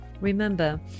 Remember